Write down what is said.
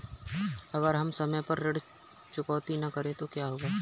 अगर हम समय पर ऋण चुकौती न करें तो क्या होगा?